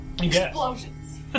explosions